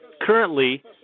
Currently